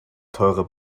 teure